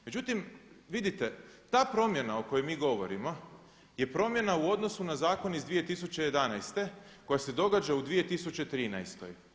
Međutim, vidite ta promjena o kojoj mi govorimo je promjena u odnosu na zakon iz 2011. koja se događa u 2013.